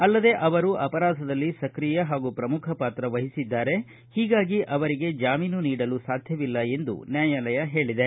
ಅಲ್ಲದೆ ಅವರು ಅಪರಾಧದಲ್ಲಿ ಸಕ್ರಿಯ ಹಾಗು ಪ್ರಮುಖ ಪಾತ್ರ ವಹಿಸಿದ್ದಾರೆ ಹೀಗಾಗಿ ಅವರಿಗೆ ಜಾಮೀನು ನೀಡಲು ಸಾಧ್ವವಿಲ್ಲ ಎಂದು ನ್ಯಾಯಾಲಯ ಹೇಳಿದೆ